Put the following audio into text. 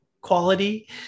quality